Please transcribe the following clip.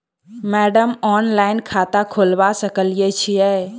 Madam online खाता खोलबा सकलिये छीयै?